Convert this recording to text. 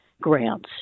grants